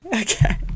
Okay